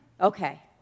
Okay